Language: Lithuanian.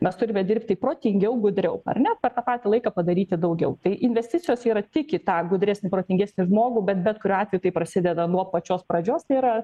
mes turime dirbti protingiau gudriau ar ne per tą patį laiką padaryti daugiau tai investicijos yra tik į tą gudresnį protingesnį žmogų bet bet kuriuo atveju tai prasideda nuo pačios pradžios tai yra